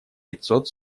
пятьсот